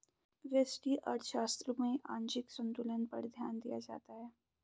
व्यष्टि अर्थशास्त्र में आंशिक संतुलन पर ध्यान दिया जाता है